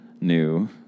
new